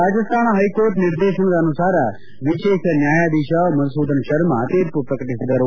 Rajasthan high court ನಿರ್ದೇಶನದ ಅನುಸಾರ ವಿಶೇಷ ನ್ಯಾಯಾಧೀಶ ಮಧುಸೂದನ್ ಶರ್ಮ ತೀರ್ಮ ಪ್ರಕಟಿಸಿದರು